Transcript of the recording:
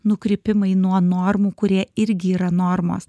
nukrypimai nuo normų kurie irgi yra normos